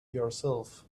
yourself